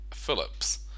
phillips